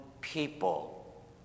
people